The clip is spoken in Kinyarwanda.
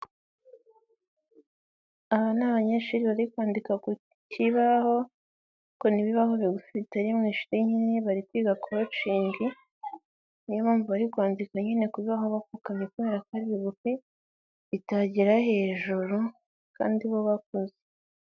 Aba ni abanyeshuri bari kwandika ku kibaho, ni ibibaho biteye mu ishuri. Bari kwiga kocingi, niyo mpamvu bari kwandika nyine kukibaho bapfukamye kubera ko ari bigufi bitagera hejuru kandi bo bakuze.